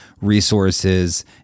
resources